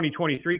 2023